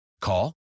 Call